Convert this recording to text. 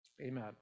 Amen